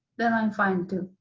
then i'm fine too.